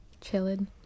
chilling